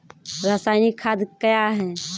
रसायनिक खाद कया हैं?